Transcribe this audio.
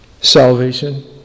salvation